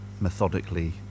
methodically